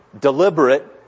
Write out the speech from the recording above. deliberate